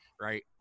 right